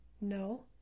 No